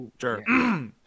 Sure